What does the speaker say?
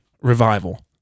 revival